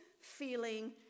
feeling